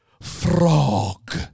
frog